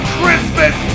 Christmas